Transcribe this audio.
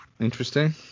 interesting